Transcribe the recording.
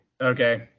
Okay